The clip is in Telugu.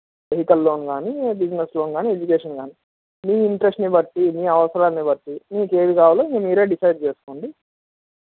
వెహికల్ లోన్ కాని బిజినెస్ లోన్ కాని ఎడ్యుకేషన్ కాని మీ ఇంట్రెస్ట్ని బట్టి మీ అవసరాన్ని బట్టి మీకు ఏది కావాలో మీరే డిసైడ్ చేసుకోండి